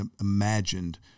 imagined